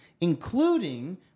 including